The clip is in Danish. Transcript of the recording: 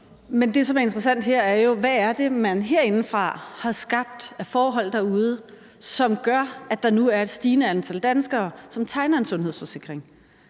Men det, som er interessant her, er jo, hvad man herindefra har skabt af forhold derude, som gør, at der nu er et stigende antal danskere, som tegner en sundhedsforsikring.